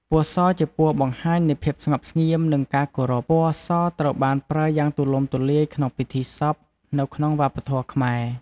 ពណ៌ស ជាពណ៌បង្ហាញនៃភាពស្ងប់ស្ងៀម និងការគោរព។ ពណ៌សត្រូវបានប្រើយ៉ាងទូលំទូលាយក្នុងពិធីសពនៅក្នុងវប្បធម៌ខ្មែរ។